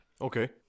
Okay